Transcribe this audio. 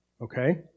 Okay